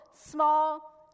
small